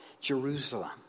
Jerusalem